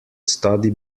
study